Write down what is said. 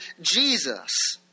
Jesus